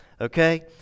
Okay